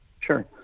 Sure